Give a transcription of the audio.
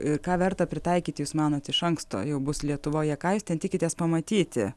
ir ką verta pritaikyti jūs manot iš anksto jau bus lietuvoje ką jūs ten tikitės pamatyti